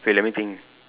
wait let me think